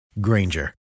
Granger